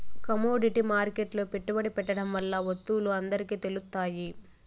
commodity మార్కెట్లో పెట్టుబడి పెట్టడం వల్ల వత్తువులు అందరికి తెలుత్తాయి